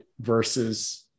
versus